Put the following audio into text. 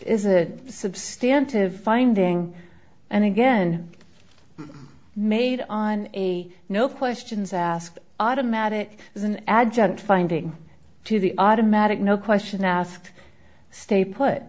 is a substantial of finding and again made on a no questions asked automatic as an adjunct finding to the automatic no question asked stay put